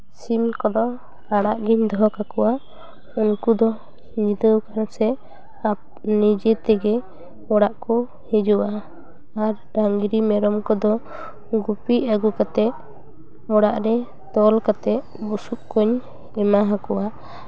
ᱥᱤᱢ ᱠᱚᱫᱚ ᱟᱲᱟᱜ ᱜᱤᱧ ᱫᱚᱦᱚ ᱠᱟᱠᱚᱣᱟ ᱩᱱᱠᱩ ᱫᱚ ᱧᱤᱫᱟᱹ ᱟᱠᱟᱱ ᱥᱮ ᱱᱤᱡᱮ ᱛᱮᱜᱮ ᱚᱲᱟᱜ ᱠᱚ ᱦᱤᱡᱩᱜᱼᱟ ᱟᱨ ᱰᱟᱝᱨᱤ ᱢᱮᱨᱚᱢ ᱠᱚᱫᱚ ᱜᱩᱯᱤ ᱟᱹᱜᱩ ᱠᱟᱛᱮᱫ ᱚᱲᱟᱜ ᱨᱮ ᱛᱚᱞ ᱠᱟᱛᱮᱫ ᱵᱩᱥᱩᱵ ᱠᱚᱧ ᱮᱢᱟ ᱟᱠᱚᱣᱟ